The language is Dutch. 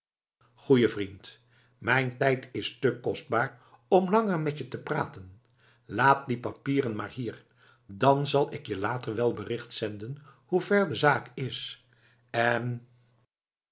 goeie vriend mijn tijd is te kostbaar om langer met je te praten laat die papieren maar hier dan zal ik je later wel bericht zenden hoever de zaak is en